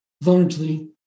largely